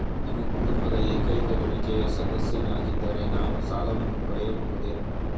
ನಾನು ಕುಟುಂಬದ ಏಕೈಕ ಗಳಿಕೆಯ ಸದಸ್ಯನಾಗಿದ್ದರೆ ನಾನು ಸಾಲವನ್ನು ಪಡೆಯಬಹುದೇ?